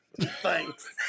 Thanks